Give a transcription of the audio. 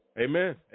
Amen